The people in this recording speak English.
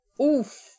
Oof